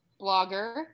blogger